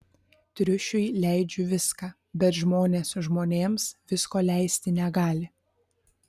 triušiui leidžiu viską bet žmonės žmonėms visko leisti negali